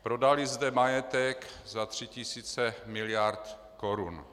Prodaly zde majetek za tři tisíce miliard korun.